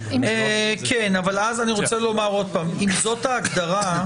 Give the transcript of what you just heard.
אני רוצה לומר שוב שאם זאת ההגדרה,